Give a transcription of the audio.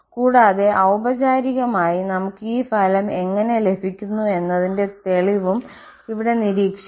കൂടാതെ ഔപചാരികമായി നമുക്ക് ഈ ഫലം എങ്ങനെ ലഭിക്കുന്നു എന്നതിന്റെ തെളിവും ഇവിടെ നിരീക്ഷിക്കാം